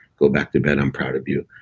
go back to bed, i'm proud of you.